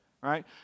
right